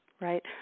right